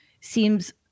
seems